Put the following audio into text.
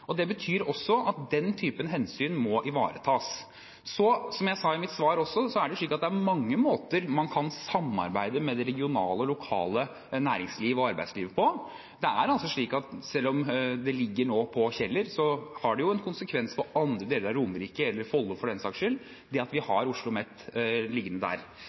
Det betyr også at den typen hensyn må ivaretas. Som jeg også sa i mitt svar, er det mange måter man kan samarbeide med det lokale og regionale nærings- og arbeidslivet på. Selv om det nå ligger på Kjeller, har det jo en konsekvens for andre deler av Romerike, eller Follo for den saks skyld, at vi har OsloMet liggende der.